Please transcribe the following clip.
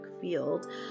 field